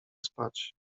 spać